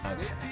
Okay